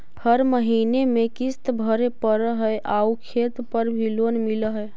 हर महीने में किस्त भरेपरहै आउ खेत पर भी लोन मिल है?